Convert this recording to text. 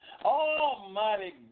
Almighty